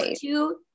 two